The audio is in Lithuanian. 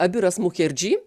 abiras mukerdži